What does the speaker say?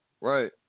right